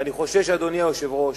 ואני חושש, אדוני היושב-ראש,